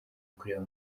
kureba